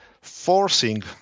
forcing